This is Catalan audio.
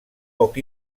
poc